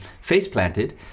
face-planted